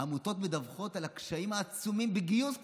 העמותות מדווחות על הקשיים העצומים בגיוס כספים.